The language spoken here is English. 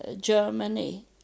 Germany